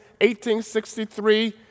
1863